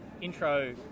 intro